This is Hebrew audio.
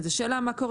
אז השאלה מה קורה.